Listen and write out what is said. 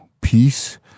peace